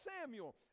Samuel